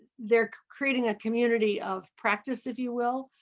they are creating a community of practice, if you will.